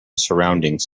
surroundings